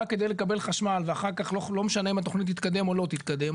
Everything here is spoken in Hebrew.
כדי לקבל חשמל ואחר-כך לא משנה אם התכנית תתקדם או לא תתקדם,